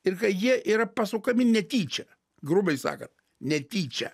ir kai jie yra pasukami netyčia grubiai sakant netyčia